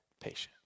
patient